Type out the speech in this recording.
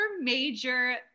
major